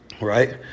right